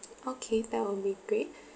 okay that will be great